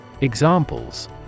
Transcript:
Examples